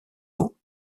eau